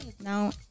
now